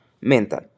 mental